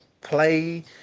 play